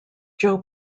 joe